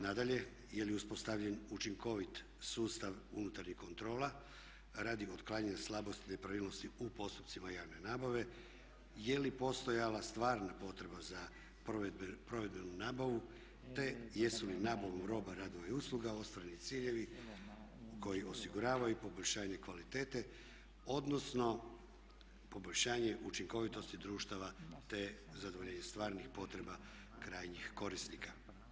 Nadalje, je li uspostavljen učinkovit sustav unutarnjih kontrola radi otklanjanja slabosti, nepravilnosti u postupcima javne nabave, je li postojala stvarna potreba za provedenom nabavom, te jesu li nabavom roba, radova i usluga ostvareni ciljevi koji osiguravaju poboljšanje kvalitete odnosno poboljšanje učinkovitosti društava te zadovoljavanje stvarnih potreba krajnjih korisnika.